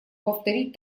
повторить